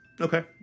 Okay